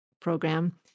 program